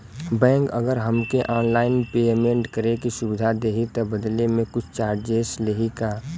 Bank अगर हमके online payment करे के सुविधा देही त बदले में कुछ चार्जेस लेही का?